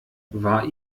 war